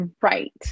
Right